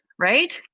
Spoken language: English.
right?